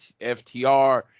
FTR